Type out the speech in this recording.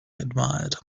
admired